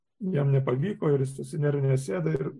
jam nevayko ir jis susinervinęs sėda ir